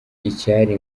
icyari